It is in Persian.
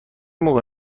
موقع